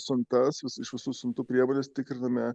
siuntas iš visų siuntų prievolės tikriname